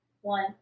One